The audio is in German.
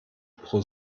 pro